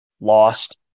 lost